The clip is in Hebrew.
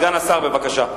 סגן השר, בבקשה,